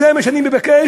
זה מה שאני מבקש,